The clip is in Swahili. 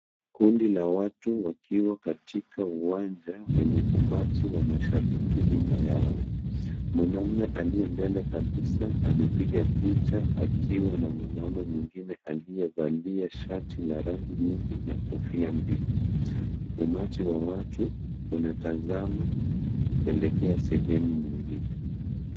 Kundi la watu wakiwa katika uwanja wenye umati wa mashabiki nyuma yao. Mwanamume aliye mbele kabisa anapiga picha akiwa na mwanamume mwingine aliyevalia shati la rangi nyingi na kofia mbili. Umati wa watu unatazama kuelekea sehemu nyingine.